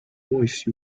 voice